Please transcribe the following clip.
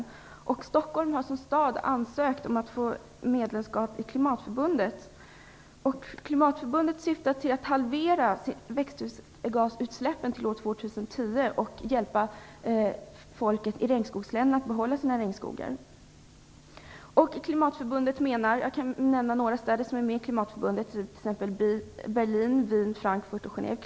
För det andra har Stockholm som stad ansökt om medlemskap i Klimatförbundet. Klimatförbundet syftar till att halvera växtgasutsläppen till år 2010 och att hjälpa folket i regnskogsländerna att behålla sina regnskogar. Några exempel på städer som är med i Klimatförbundet är Berlin, Wien, Frankfurt och Genève.